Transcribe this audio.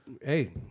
hey